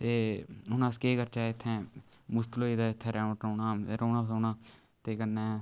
ते हून अस केह् करचै इत्थै मुश्कल होई दा इत्थै रौह्ना रौह्ना रौह्ना ते कन्नै